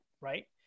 right